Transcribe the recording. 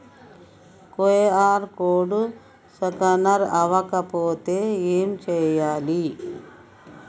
QR code scanner అవ్వకపోతే ఏం చేయాలి?